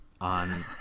on